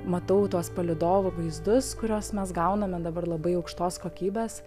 matau tuos palydovų vaizdus kuriuos mes gauname dabar labai aukštos kokybės